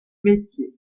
métier